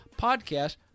podcast